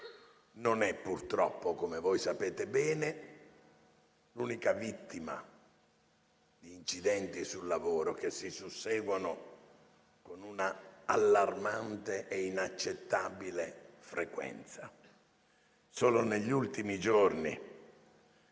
bene, purtroppo non è l'unica vittima di incidenti sul lavoro che si susseguono con una allarmante e inaccettabile frequenza. Solo negli ultimi giorni,